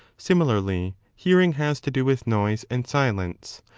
similarly hearing has to do with noise and silence,